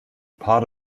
part